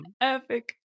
epic